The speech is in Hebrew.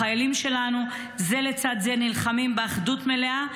החיילים שלנו נלחמים זה לצד זה באחדות מלאה,